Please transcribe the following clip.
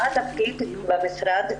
מה התפקיד שלך במשרד?